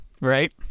right